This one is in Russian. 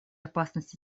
опасность